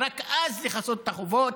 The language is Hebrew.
ורק אז לכסות את החובות,